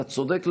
אתה צודק לגמרי.